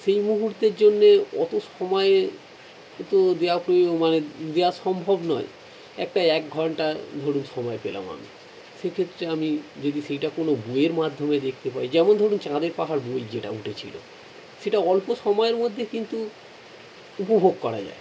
সেই মুহুর্তের জন্যে অতো সময় তো দেয়া প্রয়োজন মানে দেয়া সম্ভব নয় একটা এক ঘন্টার ধরুন সমায় পেলাম আমি সেক্ষেত্রে আমি যদি সেইটা কোনো বইয়ের মাধ্যমে দেখতে পাই যেমন ধরুন চাঁদের পাহাড় বই যেটা উঠেছিল সেটা অল্প সমায়ের মধ্যে কিন্তু উপভোগ করা যায়